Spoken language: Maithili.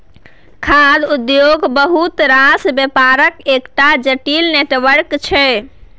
खाद्य उद्योग बहुत रास बेपारक एकटा जटिल नेटवर्क छै